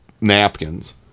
napkins